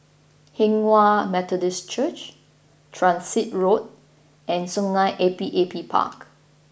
Hinghwa Methodist Church Transit Road and Sungei Api Api Park